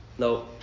No